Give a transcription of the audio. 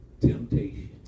temptation